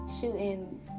shooting